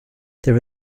there